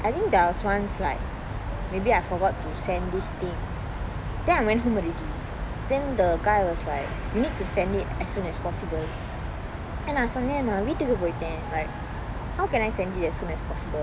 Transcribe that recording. I think there was once like maybe I forgot to send these things then I went home already then the guy was like you need to send it as soon as possible and நான் சொன்னன் நான் வீட்டுக்கு போய்ட்டன்:naan sonnan naan veettukku poytan like how can I send it as soon as possible